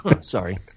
Sorry